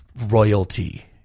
royalty